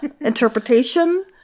interpretation